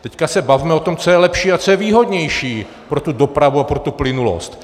Teď se bavme o tom, co je lepší a co je výhodnější pro dopravu a pro plynulost.